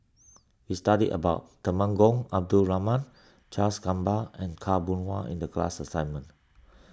we studied about Temenggong Abdul Rahman Charles Gamba and Khaw Boon Wan in the class assignment